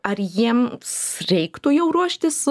ar jiems reiktų jau ruoštis